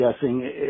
guessing